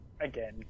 again